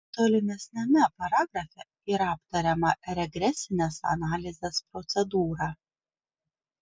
tolimesniame paragrafe yra aptariama regresinės analizės procedūra